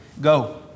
Go